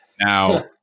Now